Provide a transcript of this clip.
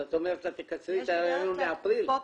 את אומרת לה תקצרי את ההריון לאפריל?